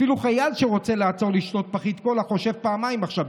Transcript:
אפילו חייל שרוצה לעצור לשתות פחית קולה חושב פעמיים עכשיו בגללכם,